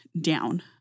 down